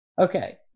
Okay